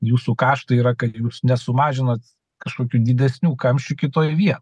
jūsų kaštai yra kad jūs nesumažinot kažkokių didesnių kamščių kitoj vie